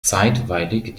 zeitweilig